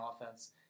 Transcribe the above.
offense